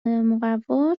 مقوا